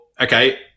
okay